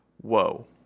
Whoa